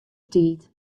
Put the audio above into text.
tiid